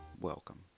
welcome